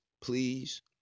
Please